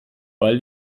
ball